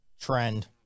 trend